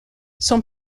son